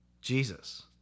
Jesus